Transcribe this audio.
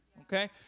okay